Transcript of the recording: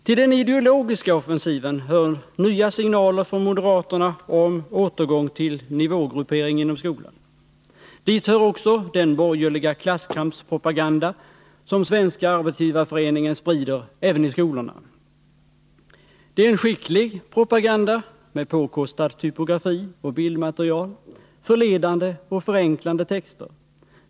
Till den ideologiska offensiven hör nya signaler från moderaterna om återgång till nivågruppering inom skolan. Dit hör också den borgerliga klasskampspropaganda som Svenska arbetsgivareföreningen sprider även i skolorna. Det är en skicklig propaganda med påkostad typografi och påkostat bildmaterial, förledande och förenklande texter.